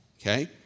okay